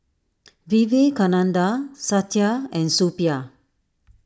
Vivekananda Satya and Suppiah